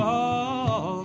oh